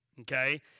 okay